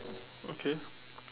okay